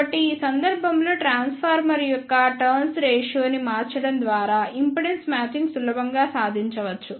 కాబట్టి ఈ సందర్భంలో ట్రాన్స్ఫార్మర్ యొక్క టర్న్స్ రేషియో ని మార్చడం ద్వారా ఇంపిడెన్స్ మ్యాచింగ్ సులభంగా సాధించవచ్చు